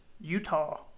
Utah